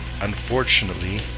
unfortunately